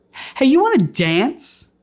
hey you wanna dance?